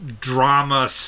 drama